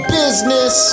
business